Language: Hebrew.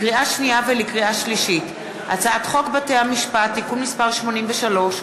לקריאה שנייה ולקריאה שלישית: הצעת חוק בתי-המשפט (תיקון מס' 83),